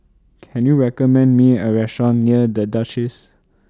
Can YOU recommend Me A Restaurant near The Duchess